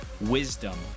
wisdom